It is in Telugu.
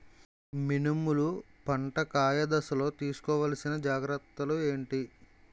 మినుములు పంట కాయ దశలో తిస్కోవాలసిన జాగ్రత్తలు ఏంటి?